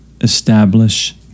establish